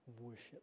worship